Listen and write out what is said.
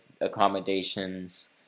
accommodations